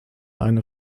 eine